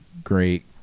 great